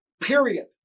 period